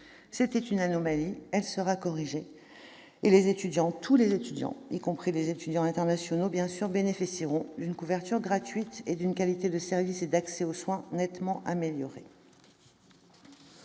C'était une anomalie ; elle sera corrigée, et les étudiants, tous les étudiants, y compris les étudiants internationaux bien sûr, bénéficieront d'une couverture gratuite et d'une qualité de service et d'accès aux soins nettement améliorée.